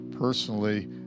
personally